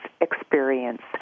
experience